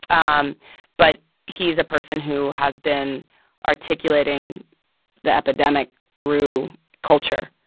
um but he's a person who has been articulating the epidemic through culture,